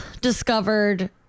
discovered